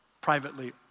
privately